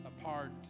apart